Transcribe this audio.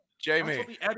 Jamie